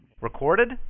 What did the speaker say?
Recorded